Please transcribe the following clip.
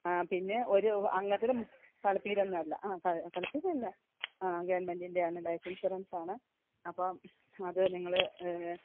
ആ പിന്നെ ഒരു അംഗത്തിന് കളിപ്പീരൊനിന്നുമല്ല ആ കളിപ്പീരല്ല ആ ഗവൺമെൻ്റിൻ്റെ ആണ് ലൈഫ് ഇൻഷുറൻസാണ് അപ്പം അത് നിങ്ങൾ